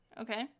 okay